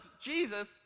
Jesus